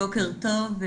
בוקר טוב.